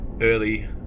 early